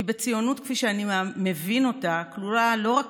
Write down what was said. כי בציונות כפי שאני מבין אותה כלולה לא רק